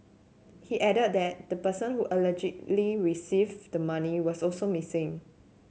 he added that the person who allegedly received the money was also missing